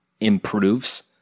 improves